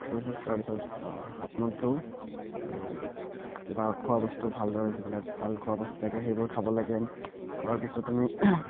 exercise কৰাৰ পিছত হাত মুখ ধোঁ আৰু কিবা খোৱা বস্তু ভালদৰে যিবিলাক ভাল খোৱা বস্তু থাকে সেইবোৰ খাব লাগে খোৱাৰ পিছত আমি